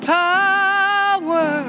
power